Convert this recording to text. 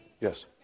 Yes